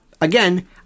again